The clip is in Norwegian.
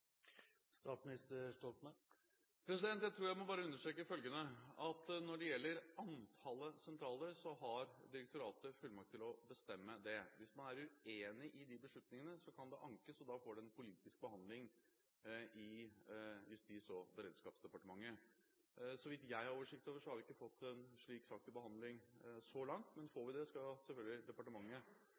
Jeg tror jeg må understreke følgende: Når det gjelder antallet sentraler, har direktoratet fullmakt til å bestemme det. Hvis man er uenig i de beslutningene, kan det ankes, og da får de en politisk behandling i Justis- og beredskapsdepartementet. Så vidt jeg har oversikt over, har vi ikke fått en slik sak til behandling så langt, men får vi det, skal selvfølgelig departementet